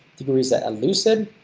degrees that a lucid